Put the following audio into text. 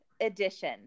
edition